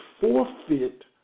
forfeit